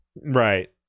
Right